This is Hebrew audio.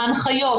ההנחיות,